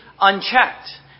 unchecked